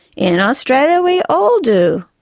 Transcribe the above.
in australia we all do.